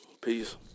Peace